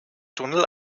tunnel